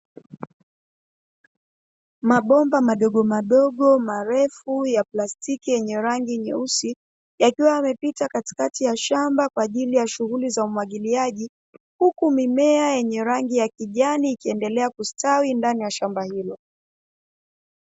Mabomba madogo madogo marefu ya plasitiki yenye rangi nyeusi yakiwa yamepita katikati ya shamba kwa ajili ya shughuli za umwagiliaji. Huku mimea yenye rangi ya kijani ikiendelea kustawi ndani ya shamba hilo.